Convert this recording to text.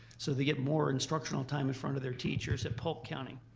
so they get more instructional time in front of their teachers at polk county.